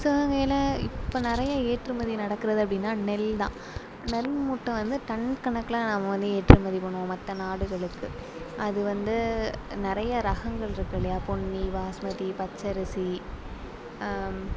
சிவகங்கையில் இப்போ நிறைய ஏற்றுமதி நடக்கறது அப்படின்னா நெல் தான் நெல் மூட்டை வந்து டன் கணக்கில் நம்ம வந்து ஏற்றுமதி பண்ணுவோம் மற்ற நாடுகளுக்கு அது வந்து நிறைய ரகங்கள் இருக்கு இல்லையா பொன்னி பாஸ்மதி பச்சை அரிசி